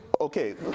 Okay